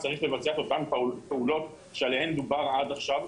צריך לבצע את אותן פעולות שעליהן דובר עד עכשיו.